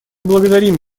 благодарим